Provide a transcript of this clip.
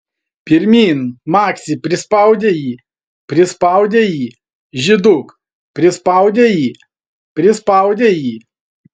pirmyn maksi prispaudei jį prispaudei jį žyduk prispaudei jį prispaudei jį